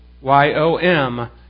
Y-O-M